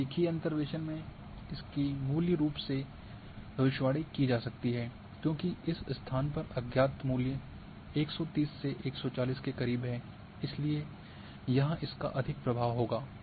अब रेखीय अंतर्वेसन में इसकी मूल्य के रूप में भविष्यवाणी की जा सकती है क्योंकि इस स्थान पर अज्ञात मूल्य 130 से 140 के करीब है इसलिए यहां इसका अधिक प्रभाव होगा